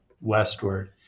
westward